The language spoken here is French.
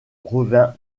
revint